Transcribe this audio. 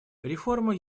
реформа